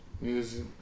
Music